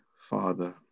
Father